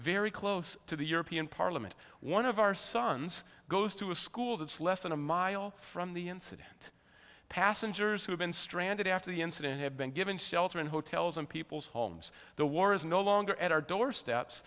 very close to the european parliament one of our sons goes to a school that's less than a mile from the incident passengers who've been stranded after the incident have been given shelter in hotels in people's homes the war is no longer at our doorsteps